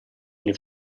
alle